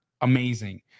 amazing